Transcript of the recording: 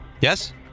Yes